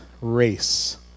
race